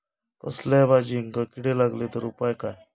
कसल्याय भाजायेंका किडे लागले तर उपाय काय?